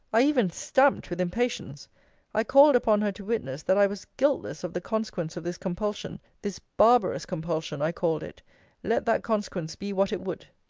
i even stamped with impatience i called upon her to witness, that i was guiltless of the consequence of this compulsion this barbarous compulsion, i called it let that consequence be what it would.